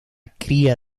cría